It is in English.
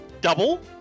double